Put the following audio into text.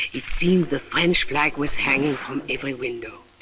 it seemed the french flag was hanging from every window.